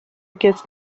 aquest